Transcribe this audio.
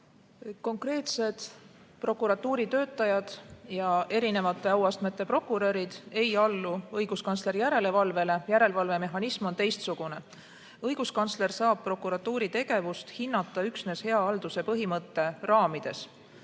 Konkreetsed prokuratuuri töötajad ja erinevas auastmes prokurörid ei allu õiguskantsleri järelevalvele. Järelevalvemehhanism on teistsugune. Õiguskantsler saab prokuratuuri tegevust hinnata üksnes hea halduse põhimõtte raamides.